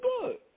good